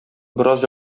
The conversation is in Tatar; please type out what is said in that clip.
бераз